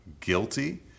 guilty